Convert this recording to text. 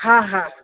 हा हा